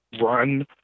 run